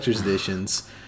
editions